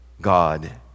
God